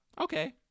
okay